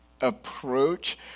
approach